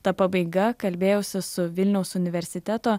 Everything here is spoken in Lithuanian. ta pabaiga kalbėjosi su vilniaus universiteto